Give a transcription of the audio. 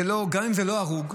גם אם זה לא הרוג,